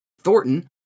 Thornton